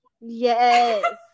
Yes